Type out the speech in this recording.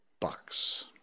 bucks